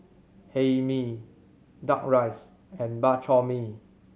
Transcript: Hae Mee Duck Rice and Bak Chor Mee